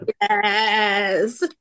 Yes